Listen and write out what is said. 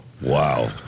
wow